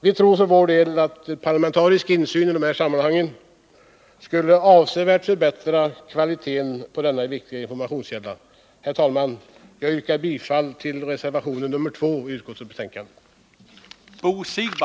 Vi tror för vår del att parlamentarisk insyn och medverkan i betalningsbalansdelegationens arbete avsevärt skulle förbättra kvaliteten på denna viktiga informationskälla. Herr talman! Jag yrkar bifall till reservation 2 vid utskottets betänkande.